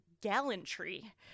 gallantry